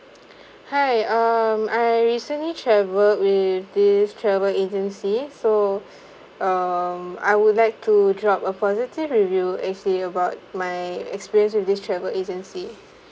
hi um I recently travel with this travel agency so um I would like to drop a positive review actually about my experience with this travel agency